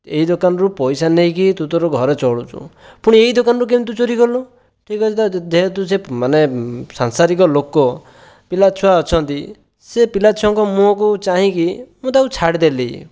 ଏଇ ଦୋକାନରୁ ପଇସା ନେଇକି ତୁ ତୋ'ର ଘର ଚଳୁଛୁ ପୁଣି ଏଇ ଦୋକାନରୁ କେମିତି ତୁ ଚୋରି କଲୁ ଠିକ୍ ଅଛି ଯା ଯେହେତୁ ସେ ମାନେ ସାଂସାରିକ ଲୋକ ପିଲା ଛୁଆ ଅଛନ୍ତି ସେ ପିଲା ଛୁଆଙ୍କ ମୁହଁକୁ ଚାହିଁକି ମୁଁ ତାକୁ ଛାଡ଼ିଦେଲି